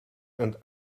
and